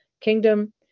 kingdom